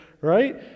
right